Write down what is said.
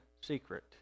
secret